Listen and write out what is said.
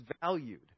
valued